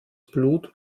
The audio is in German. blut